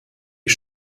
ich